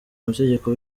amategeko